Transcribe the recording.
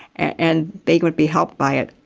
and they would be helped by it.